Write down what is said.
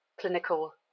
clinical